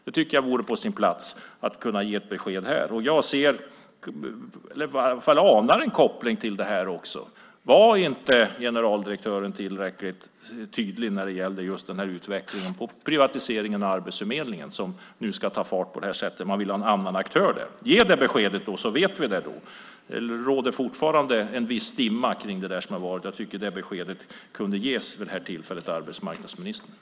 Det vore på sin plats att ge ett besked här och nu. Var inte generaldirektören tillräckligt tydlig när det gällde privatiseringen av Arbetsförmedlingen, som nu ska ta fart? Jag ser, eller i alla fall anar, en koppling till det. Man vill ha en annan aktör där. Ge det beskedet så att vi vet hur det är! Det råder fortfarande viss dimma kring det som skett. Jag tycker att arbetsmarknadsministern nu borde ge besked om hur det förhåller sig.